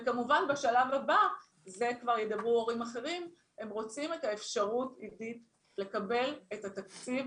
כמובן בשלב הבא ההורים רוצים את האפשרות לקבל את התקציב